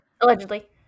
Allegedly